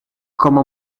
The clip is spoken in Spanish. como